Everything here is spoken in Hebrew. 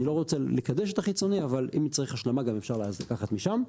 אני לא רוצה לקדש את החיצוני אבל אם צריך השלמה גם אפשר לקחת משם.